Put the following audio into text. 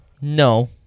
No